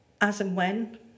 as-and-when